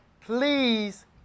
please